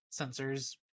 sensors